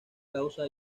causa